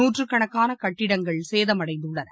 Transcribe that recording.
நூற்றுக்கணக்கானகட்டங்கள் சேதமடைந்துள்ளன